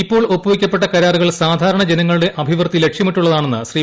ഇപ്പോൾ ഒപ്പുവെയ്ക്കപ്പെട്ട കരാറുകൾ സാധാരണ ജനങ്ങളുടെ അഭിവൃദ്ധി ലക്ഷ്യമിട്ടുള്ളതാണെന്ന് ശ്രീ